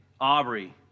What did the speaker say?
Aubrey